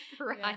right